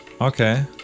Okay